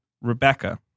Rebecca